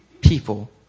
people